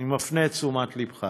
אני מפנה את תשומת לבך,